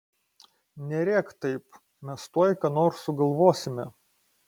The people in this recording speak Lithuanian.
nerėk taip mes tuoj ką nors sugalvosime